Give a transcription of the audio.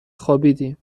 خوابیدیم